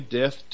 death